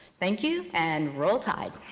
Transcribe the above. thank you, and roll tide!